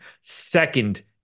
second